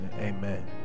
amen